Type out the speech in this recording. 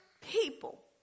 people